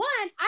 One